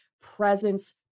presence